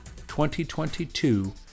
2022